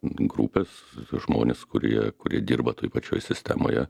grupės žmonės kurie kurie dirba toj pačioj sistemoje